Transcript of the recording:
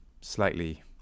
slightly